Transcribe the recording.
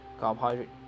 Carbohydrate